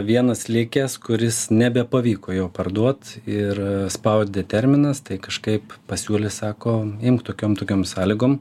vienas likęs kuris nebepavyko jo parduot ir spaudi terminas tai kažkaip pasiūlė sako imk tokiom tokiom sąlygom